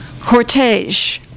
Cortege